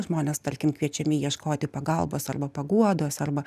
žmonės tarkim kviečiami ieškoti pagalbos arba paguodos arba